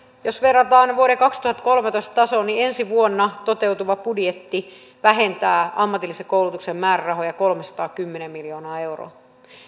jos verrataan vuoden kaksituhattakolmetoista tasoon niin ensi vuonna toteutuva budjetti vähentää ammatillisen koulutuksen määrärahoja kolmesataakymmentä miljoonaa euroa